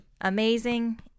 amazing